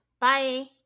Bye